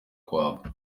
kuhava